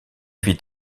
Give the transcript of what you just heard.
vit